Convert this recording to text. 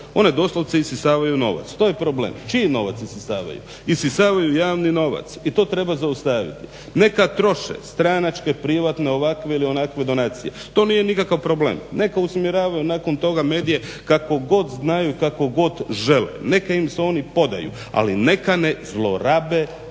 one doslovce isisavaju novac. To je problem. Čiji novac isisavaju? Isisavaju javni novac i to treba zaustaviti. Neka troše stranačke, privatne, ovakve ili onakve donacije, to nije nikakav problem. Neka usmjeravaju nakon toga medije kako god znaju, kako god žele. Neka im se oni podaju, ali neka ne zlorabe